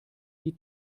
die